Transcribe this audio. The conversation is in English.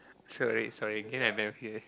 sorry sorry again i never hear